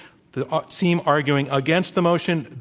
the ah team arguing against the motion,